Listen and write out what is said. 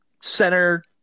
center